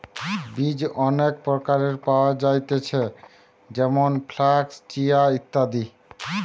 বীজ অনেক প্রকারের পাওয়া যায়তিছে যেমন ফ্লাক্স, চিয়া, ইত্যাদি